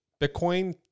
Bitcoin